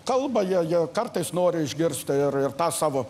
kalba jie jie kartais nori išgirsti ir ir tą savo